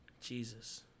Jesus